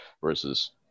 versus